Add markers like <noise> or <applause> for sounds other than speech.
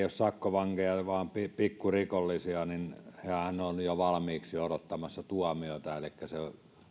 <unintelligible> ole sakkovankeja vaan pikkurikollisia ovat jo valmiiksi odottamassa tuomiota elikkä se